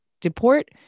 deport